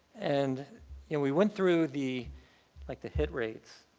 and and we went through the like the hit rates